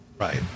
Right